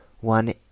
one